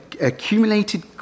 accumulated